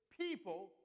people